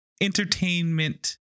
entertainment